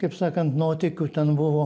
kaip sakant nuotykių ten buvo